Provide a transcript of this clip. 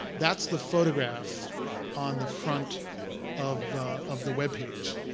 that's the photograph on the front of of the web page.